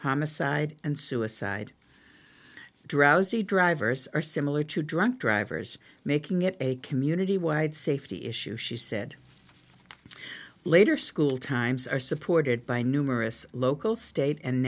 homicide and suicide drowsy drivers are similar to drunk drivers making it a community wide safety issue she said later school times are supported by numerous local state and